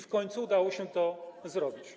W końcu udało się to zrobić.